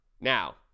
now